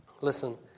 Listen